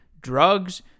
drugs